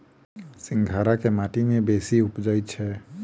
सिंघाड़ा केँ माटि मे बेसी उबजई छै?